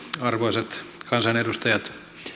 arvoisat kansanedustajat